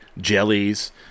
jellies